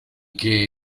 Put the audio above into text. que